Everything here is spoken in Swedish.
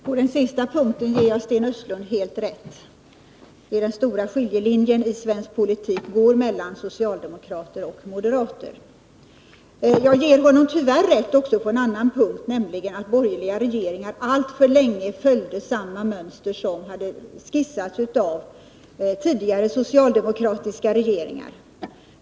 Herr talman! På den sista punkten ger jag Sten Östlund helt rätt. Den stora skiljelinjen i svensk politik går mellan socialdemokraterna och moderaterna. Jag ger honom tyvärr rätt också på en annan punkt, nämligen att de borgerliga regeringarna alltför länge följde samma mönster som skissats av tidigare socialdemokratiska regeringar.